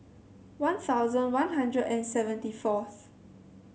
One Thousand One Hundred and seventy fourth